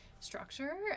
structure